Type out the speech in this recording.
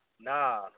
Nah